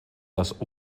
les